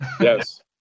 yes